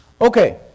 Okay